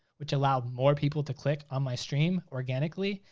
which allowed more people to click on my stream organically.